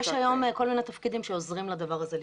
היום כל מיני תפקידים שעוזרים לדבר הזה לקרות.